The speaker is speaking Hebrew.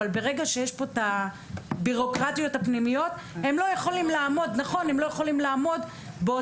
אבל ברגע שיש פה את הביורוקרטיות הפנימיות הם לא יכולים לעמוד בזה,